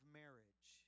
marriage